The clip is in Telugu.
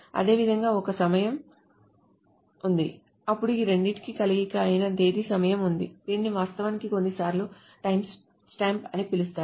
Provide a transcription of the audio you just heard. అదేవిధంగా ఒక సమయం ఉంది అప్పుడు ఈ రెండింటి కలయిక అయిన తేదీ సమయం ఉంది దీనిని వాస్తవానికి కొన్నిసార్లు టైమ్ స్టాంప్ అని పిలుస్తారు